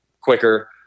quicker